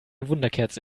wunderkerze